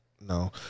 No